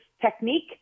technique